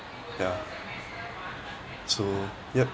ya so yup